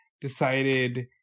decided